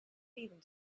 leaving